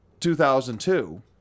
2002